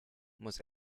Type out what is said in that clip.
muss